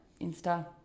insta